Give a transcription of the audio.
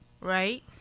Right